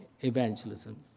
Evangelism